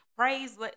Praise